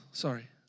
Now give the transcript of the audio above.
Sorry